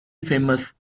famous